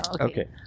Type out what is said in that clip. Okay